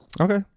Okay